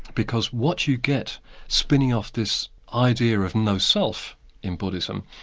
because what you get spinning off this idea of no self in buddhism,